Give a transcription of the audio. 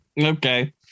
okay